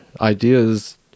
ideas